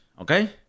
Okay